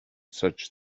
such